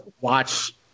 watch